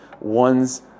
one's